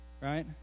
Right